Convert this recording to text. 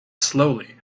slowly